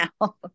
now